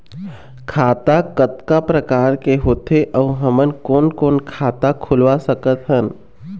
खाता कतका प्रकार के होथे अऊ हमन कोन कोन खाता खुलवा सकत हन?